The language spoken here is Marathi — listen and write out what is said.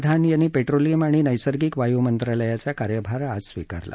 धर्मेंद प्रधान यांनी पेट्रोलियम आणि नप्पर्गिक वायू मंत्रालयाचा कार्यभार आज स्वीकारला